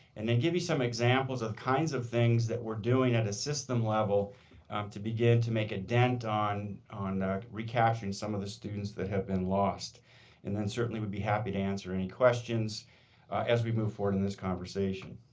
and then give you some examples of kinds of things that we are doing at a system level to begin to make a dent on on recapturing some of the students that have been lost and then certainly would be happy to answer any questions as we move forward in this conversation.